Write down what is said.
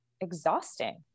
exhausting